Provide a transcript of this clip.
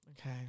Okay